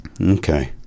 Okay